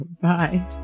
Bye